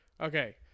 Okay